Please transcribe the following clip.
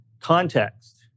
Context